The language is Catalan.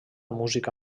música